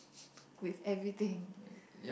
with everything